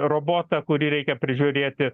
robotą kurį reikia prižiūrėti